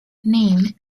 named